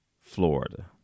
Florida